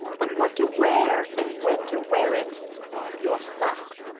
but what to wear, and when to wear it your socks,